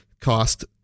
cost